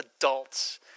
adults